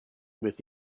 with